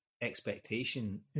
expectation